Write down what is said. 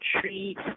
treat